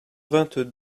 vingt